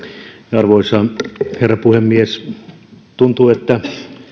arvoisa herra puhemies tuntuu että